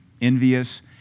envious